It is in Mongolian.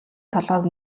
толгойг